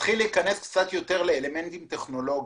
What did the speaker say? ניכנס קצת יותר לאלמנטים טכנולוגיים.